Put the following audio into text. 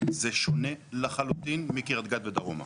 זה שונה לחלוטין מקרית גת ודרומה.